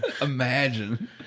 Imagine